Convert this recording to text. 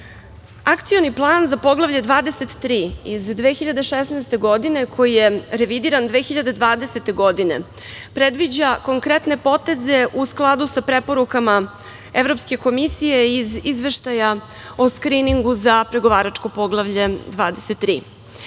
EU.Akcioni plan za Poglavlje 23 iz 2016. godine, koji je revidiran 2020. godine, predviđa konkretne poteze u skladu sa preporukama Evropske komisije iz izveštaja o skriningu za pregovaračko Poglavlje